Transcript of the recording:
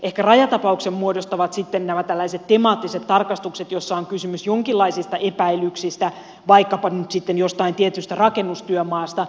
ehkä rajatapauksen muodostavat sitten nämä tällaiset temaattiset tarkastukset joissa on kysymys jonkinlaisista epäilyksistä vaikkapa nyt sitten jostain tietystä rakennustyömaasta